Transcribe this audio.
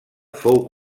fou